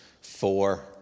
four